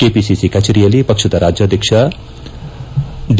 KPCC ಕಚೇರಿಯಲ್ಲಿ ಪಕ್ಷದ ರಾಜ್ಯಾಧಕ್ಷ ಡಿ